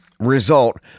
Result